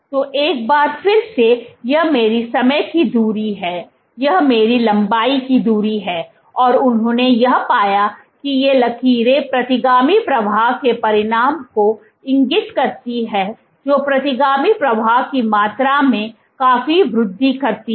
तो एक बार फिर से यह मेरी समय की धुरी है यह मेरी लंबाई की धुरी है और उन्होंने यह पाया कि ये लकीरें प्रतिगामी प्रवाह के परिमाण को इंगित करती हैं जो प्रतिगामी प्रवाह की मात्रा में काफी वृद्धि करती हैं